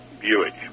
Buick